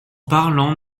parlant